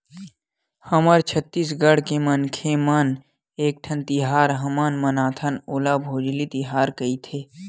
हमर छत्तीसगढ़ के मनखे मन ह एकठन तिहार हमन मनाथन ओला भोजली तिहार कइथे